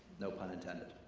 no pun intended.